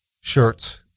shirts